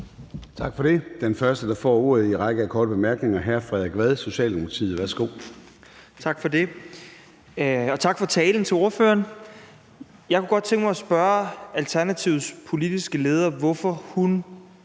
Tak for det. Den første, der får ordet i rækken af indtegnede for korte bemærkninger, er hr. Frederik Vad, Socialdemokratiet. Værsgo. Kl. 21:27 Frederik Vad (S): Tak for det, og tak for talen til ordføreren. Jeg kunne godt tænke mig at spørge Alternativets politiske leder, hvorfor hun